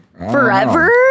forever